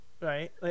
right